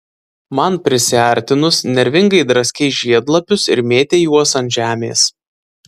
man prisiartinus nervingai draskei žiedlapius ir mėtei juos ant žemės